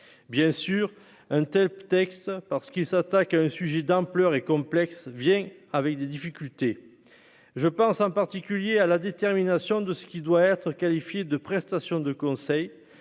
bien sûr, un tel texte parce qu'il s'attaque à un sujet d'ampleur et complexe vient avec des difficultés, je pense en particulier à la détermination de ce qui doit être qualifié de prestations de conseil,